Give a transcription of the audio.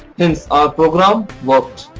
hence our program worked.